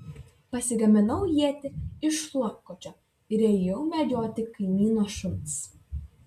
pasigaminau ietį iš šluotkočio ir ėjau medžioti kaimyno šuns